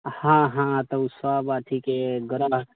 हाँ हाँ तऽ ओ सभ अथीके ग्रह